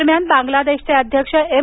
दरम्यान बांगलादेशचे अध्यक्ष एम